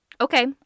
Okay